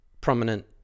prominent